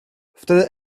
wtedy